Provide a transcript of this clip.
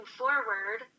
forward